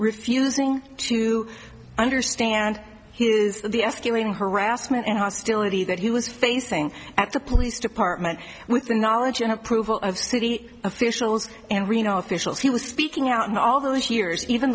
refusing to understand his the eschewing harassment and hostility that he was facing at the police department with the knowledge and approval of city officials and reno officials he was speaking out in all those years even